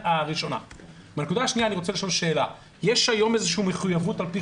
אני רוצה לשאול שאלה: יש היום איזו מחויבות על פי